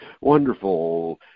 wonderful